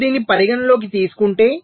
మీరు దీన్ని పరిగణనలోకి తీసుకుంటే